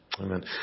Amen